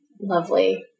lovely